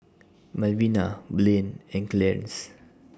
Malvina Blaine and Clarnce